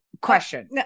Question